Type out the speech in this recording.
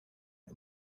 and